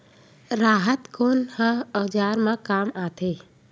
राहत कोन ह औजार मा काम आथे?